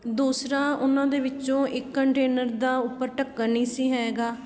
ਦੂਸਰਾ ਉਹਨਾਂ ਦੇ ਵਿੱਚੋਂ ਇੱਕ ਕੰਟੇਨਰ ਦਾ ਉੱਪਰ ਢੱਕਣ ਨਹੀਂ ਸੀ ਹੈਗਾ